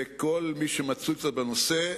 וכל מי שמצוי קצת בנושא,